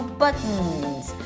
buttons